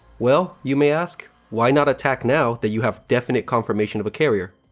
well, you may ask, why not attack now that you have definite confirmation of a carrier?